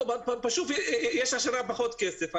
יש השנה פחות כסף.